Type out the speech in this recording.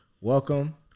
welcome